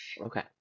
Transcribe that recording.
Okay